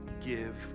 give